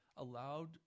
allowed